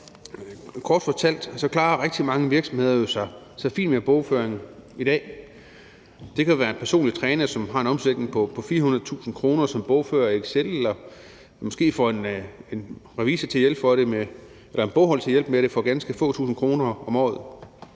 Kort fortalt klarer rigtig mange virksomheder fint bogføringen i dag. Det kan være en personlig træner, som har en omsætning på 400.000 kr., som bogfører det i Excel eller måske får en bogholder til at hjælpe sig for ganske få tusinde kroner om året.